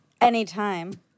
Anytime